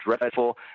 dreadful